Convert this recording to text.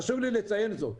חשוב לי לציין זאת.